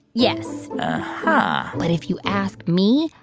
yes uh-huh but if you ask me,